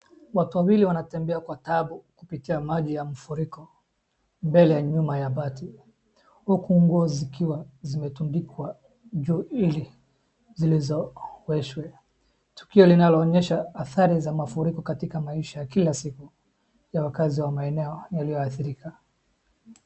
Watu wawili wanatembea kwa taabu kupitia maji ya mfuriko, mbele ya nyumba ya bati, huku nguo zikiwa zimetundikwa juu ili zilizoweshwe. Tukio linaloonesha adhari za mafuriko katika maisha ya kila siku, ya wakazi wa maeneo yaliyo adhirika.